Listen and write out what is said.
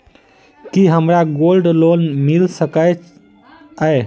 की हमरा gold loan मिल सकैत ये?